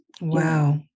Wow